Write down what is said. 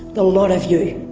the lot of you!